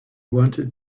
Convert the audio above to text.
wanted